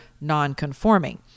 non-conforming